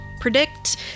predict